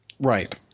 Right